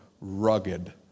rugged